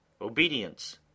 obedience